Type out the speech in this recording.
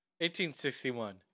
1861